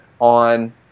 On